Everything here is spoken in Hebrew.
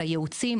לייעוצים.